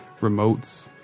remotes